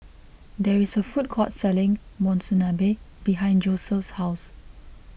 there is a food court selling Monsunabe behind Joeseph's house